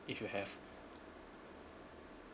if you have